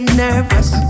nervous